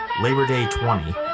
LABORDAY20